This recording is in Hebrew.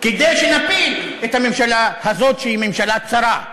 כדי שנפיל את הממשלה הזאת שהיא ממשלה צרה.